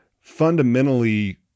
fundamentally